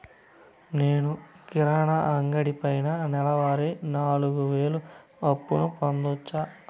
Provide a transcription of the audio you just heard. నేను కిరాణా అంగడి పైన నెలవారి నాలుగు వేలు అప్పును పొందొచ్చా?